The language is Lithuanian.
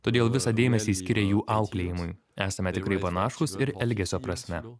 todėl visą dėmesį skiria jų auklėjimui esame tikrai panašūs ir elgesio prasme